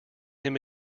him